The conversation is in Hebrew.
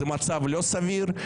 זה מצב לא סביר,